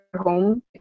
home